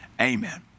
Amen